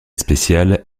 spéciales